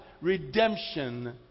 redemption